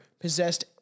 possessed